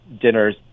dinners